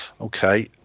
okay